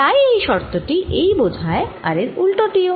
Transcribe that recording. তাই এই শর্ত টি এই বোঝায় আর এর উল্টো টিও